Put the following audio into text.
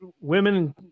women